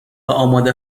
آماده